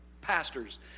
pastors